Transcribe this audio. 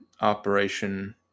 operation